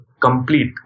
complete